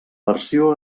versió